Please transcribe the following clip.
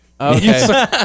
Okay